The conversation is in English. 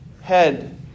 head